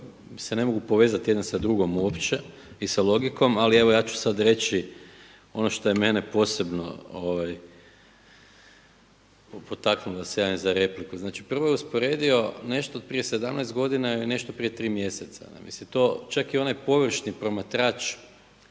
se ne mogu povezati jedna sa drugom uopće i sa logikom. Ali evo ja ću sada reći ono što je mene posebno potaknulo da se javim za repliku. Znači, prvo je usporedio nešto od prije 17 godina i nešto prije 3 mjeseca. Mislim to čak i onaj površni promatrač